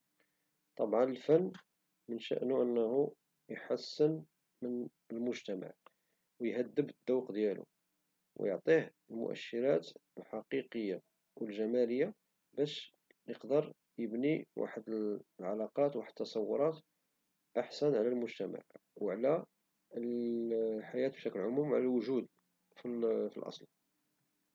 طبعا الفن الدور ديالو هو يحسن الحياة ديال المجتمع لأنه كيرفع من الذوق ديال الناس وكيساعدم أنهم يتأملو ويفكرو وكذلك يفكرو في بدائل أخرى وكذلك ينساو الهموم ديالهم، ومجموعة أشياء والفن هو حياة أخرى.